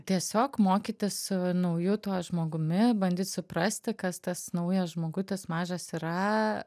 tiesiog mokytis su nauju tuo žmogumi bandyt suprasti kas tas naujas žmogutis mažas yra